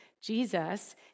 Jesus